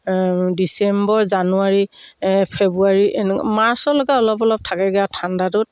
December January February এনেকুৱা মাৰ্চলৈকে অলপ অলপ থাকেগৈ আৰু ঠাণ্ডাটোত